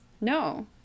No